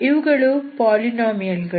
ಇವುಗಳು ಪಾಲಿನಾಮಿಯಲ್ ಗಳು